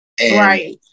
Right